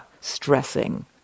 stressing